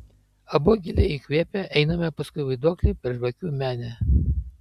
abu giliai įkvėpę einame paskui vaiduoklį per žvakių menę